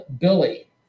Billy